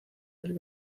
del